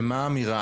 ומה האמירה,